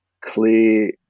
clear